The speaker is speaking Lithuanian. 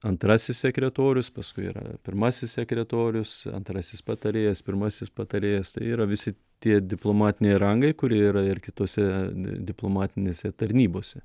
antrasis sekretorius paskui yra pirmasis sekretorius antrasis patarėjas pirmasis patarėjas tai yra visi tie diplomatiniai rangai kurie yra ir kitose d diplomatinėse tarnybose